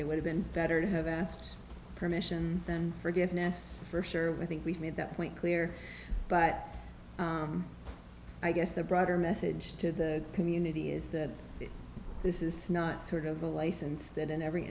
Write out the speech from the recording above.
it would have been better to have asked permission and forgiveness for sure i think we've made that point clear but i guess the broader message to the community is that this is not sort of a license that in every